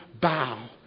bow